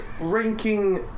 ranking